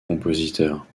compositeur